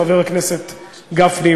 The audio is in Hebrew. חבר הכנסת גפני,